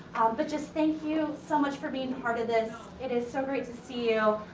but just thank you so much for being part of this. it is so great to see you.